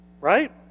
right